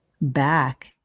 back